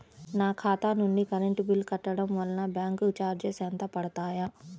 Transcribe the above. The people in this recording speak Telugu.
నా ఖాతా నుండి కరెంట్ బిల్ కట్టడం వలన బ్యాంకు చార్జెస్ ఎంత పడతాయా?